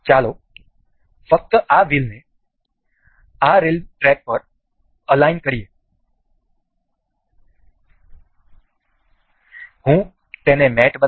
ચાલો ફક્ત આ વ્હીલ્સને આ રેલ્વે ટ્રેક પર અલાઈન કરીએ હું તેને મેટ બનાવીશ